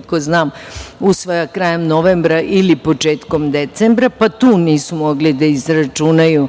koliko znam usvaja krajem novembra ili početkom decembra, pa tu nisu mogli da izračunaju